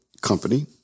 company